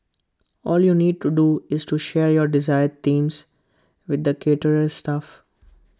all you need to do is to share your desired themes with the caterer's staff